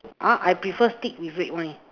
uh I prefer steak with red wine